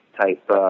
type